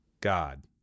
God